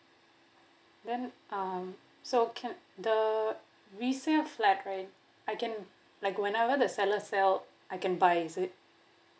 then um so can the resale flat right I can like whenever the seller sell I can buy is it